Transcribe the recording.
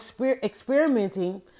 experimenting